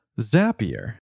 Zapier